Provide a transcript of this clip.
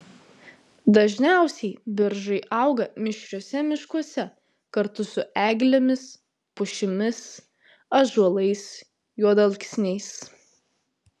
dažniausiai beržai auga mišriuose miškuose kartu su eglėmis pušimis ąžuolais juodalksniais